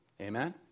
Amen